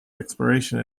exploration